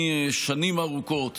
שנים ארוכות